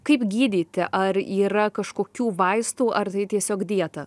kaip gydyti ar yra kažkokių vaistų ar tai tiesiog dieta